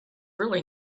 really